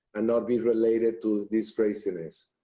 and not be related to this craziness,